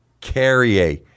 Carrier